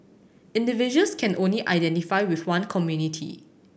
individuals can only identify with one community